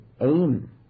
aim